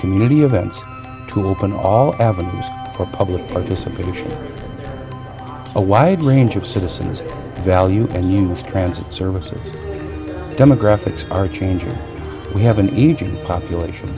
community events to open all avenues for public participation a wide range of citizens value and use transit services demographics are changing we have an easy population